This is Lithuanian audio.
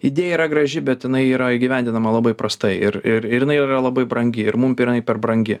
idėja yra graži bet jinai yra įgyvendinama labai prastai ir ir ir jinai yra labai brangi ir mum jinai yra per brangi